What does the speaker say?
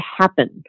happen